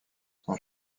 son